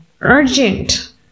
urgent